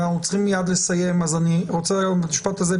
אנחנו צריכים מיד לסיים אז אומר את המשפט הזה,